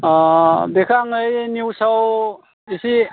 बेखौ आङो निउसाव एसे